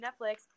Netflix